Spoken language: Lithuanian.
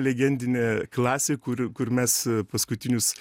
legendinė klasė kur kur mes paskutinius